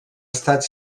estat